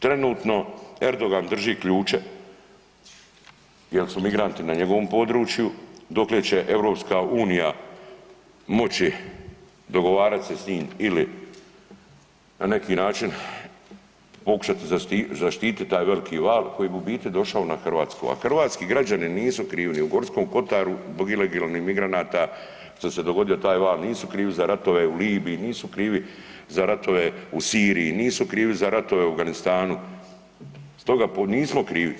Trenutno Erdogan drži ključe jel su migranti na njegovom području dokle će EU moći dogovarat se s njim ili na neki način pokušati zaštitit taj veliki val koji bi u biti došao na Hrvatsku, a hrvatski građani nisu krivi ni u Gorskom Kotaru zbog ilegalnih migranata što se dogodio taj val, nisu krivi za ratove u Libiji, nisu krivi za ratove u Siriji, nisu krivi za ratove u Afganistanu, stoga nismo krivi.